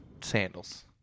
sandals